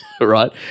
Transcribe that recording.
right